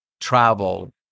travel